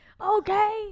Okay